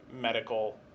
medical